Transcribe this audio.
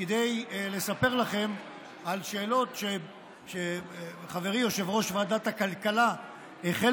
כדי לספר לכם על שאלות שחברי יושב-ראש ועדת הכלכלה החל